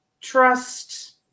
trust